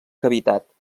cavitat